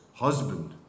Husband